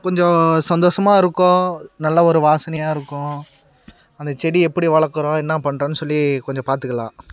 கொஞ்சம் சந்தோஷமா இருக்கும் நல்ல ஒரு வாசனையாக இருக்கும் அந்த செடி எப்படி வளர்க்குறோம் என்ன பண்ணுறோம் சொல்லி கொஞ்சம் பார்த்துக்கலாம்